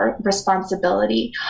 responsibility